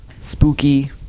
spooky